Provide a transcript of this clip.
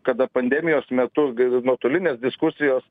kada pandemijos metu ga nuotolinės diskusijos